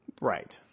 Right